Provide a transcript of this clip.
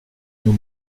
nous